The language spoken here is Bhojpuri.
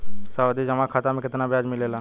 सावधि जमा खाता मे कितना ब्याज मिले ला?